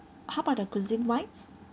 how about the cuisine wise